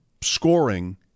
scoring